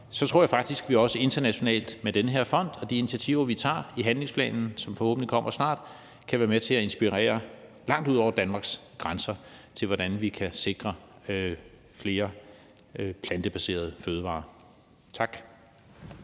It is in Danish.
tror jeg faktisk, at vi også internationalt med den her fond og de initiativer, vi tager i handlingsplanen, som forhåbentlig kommer snart, kan være med til at inspirere langt ud over Danmarks grænser til, hvordan vi kan sikre flere plantebaserede fødevarer. Tak.